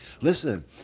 listen